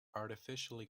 artificially